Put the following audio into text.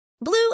Blue